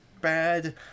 bad